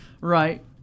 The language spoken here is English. Right